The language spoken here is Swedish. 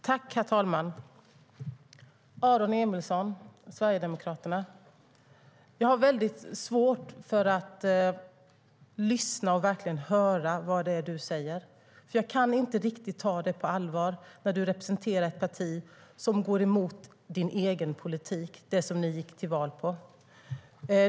Herr talman! Aron Emilsson, Sverigedemokraterna, jag har svårt att lyssna och verkligen höra vad det är du säger, för jag kan inte ta det på riktigt allvar när du representerar ett parti som går emot sin egen politik - den som ni gick till val på.